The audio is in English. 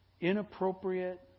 inappropriate